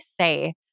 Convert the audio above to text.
say